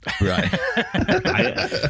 right